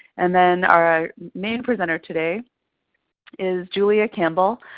and then our main presenter today is julia campbell.